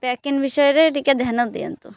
packing ବିଷୟରେ ଟିକେ ଧ୍ୟାନ ଦିଅନ୍ତୁ